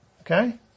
okay